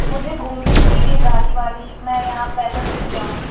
मुझे घूमने के लिए गाड़ी वाड़ी मैं यहाँ पैदल नहीं जाऊँगी